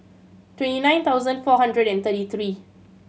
twenty nine thousand four hundred and thirty three